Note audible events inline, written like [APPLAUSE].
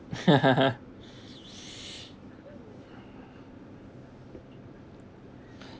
[LAUGHS]